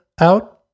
out